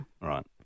Right